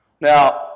Now